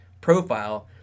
profile